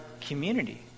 community